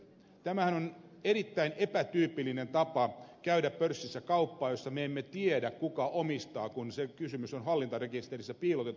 tämähän on erittäin epätyypillinen tapa käydä pörssissä kauppaa kun me emme tiedä omistajaa kun kysymys on hallintarekisteriin piilotetusta kaupankäynnistä